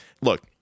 Look